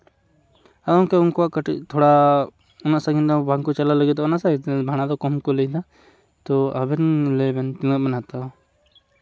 ᱚᱱᱛᱮ ᱩᱱᱠᱩᱣᱟᱜ ᱠᱟᱹᱴᱤᱡ ᱛᱷᱚᱲᱟ ᱟᱭᱢᱟ ᱥᱟᱺᱜᱤᱧ ᱫᱚ ᱵᱟᱝ ᱠᱚ ᱪᱟᱞᱟᱜ ᱞᱟᱹᱜᱤᱫᱚᱜ ᱠᱟᱱᱟ ᱥᱮ ᱵᱷᱟᱲᱟ ᱫᱚ ᱠᱚᱢ ᱜᱮᱠᱚ ᱞᱟᱹᱭᱫᱟ ᱛᱳ ᱟᱵᱮᱱ ᱞᱟᱹᱭ ᱵᱮᱱ ᱛᱤᱱᱟᱹᱜ ᱵᱮᱱ ᱦᱟᱛᱟᱣᱟ